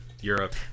Europe